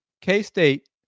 K-State